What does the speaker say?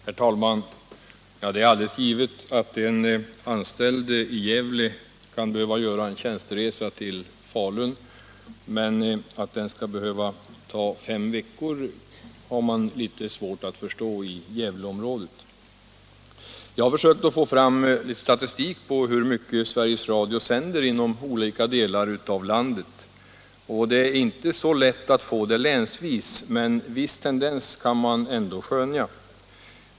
Herr talman! Det är alldeles givet att en anställd i Gävle kan behöva göra en tjänsteresa till Falun, men att den skall behöva ta fem veckor har man litet svårt att förstå i Gävleområdet. Jag har försökt få fram statistik på hur mycket Sveriges Radio sänder inom olika delar av landet. Det är inte så lätt att få den länsvis, men en viss tendens kan ändå skönjas.